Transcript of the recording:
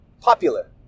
Popular